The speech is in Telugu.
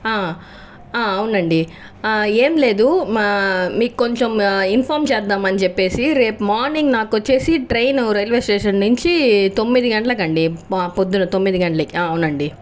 ఆ ఆ అవునండి ఆ ఏం లేదు మా మీకు కొంచెం ఇన్ఫామ్ చేద్దామని చెప్పేసి రేపు మార్నింగ్ నాకు వచ్చి ట్రైన్ రైల్వే స్టేషన్ నుంచి తొమ్మిది గంటలకు అండి పొద్దున తొమ్మిది గంట్లకి ఆ అవునండి